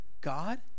God